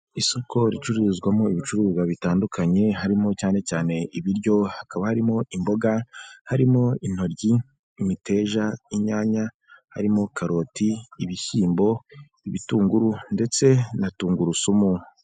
Isoko ricururizwamo ibicuruzwa bitandukanye harimo cyane cyane ibiryo, hakaba harimo imboga, harimo intoryi, imiteja, inyanya, harimo karoti, ibishyimbo, ibitunguru ndetse na tungurusumu.